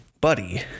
buddy